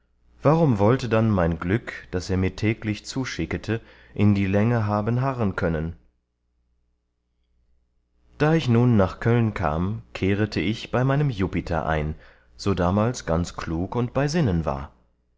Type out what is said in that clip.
warum wollte dann mein glück das er mir täglich zuschickete in die länge haben harren können da ich nun nach köln kam kehrete ich bei meinem jupiter ein so damals ganz klug und bei sinnen war